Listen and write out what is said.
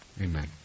amen